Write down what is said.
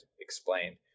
explained